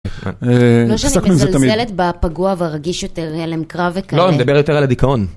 לא שאני מזלזלת בפגוע ורגיש יותר הלם קרב וכאלה. לא, נדבר יותר על הדיכאון.